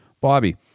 Bobby